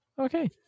Okay